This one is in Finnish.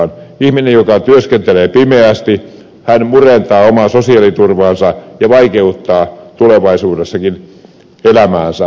ihminen joka työskentelee pimeästi murentaa omaa sosiaaliturvaansa ja vaikeuttaa tulevaisuudessakin elämäänsä